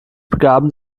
begaben